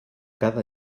cada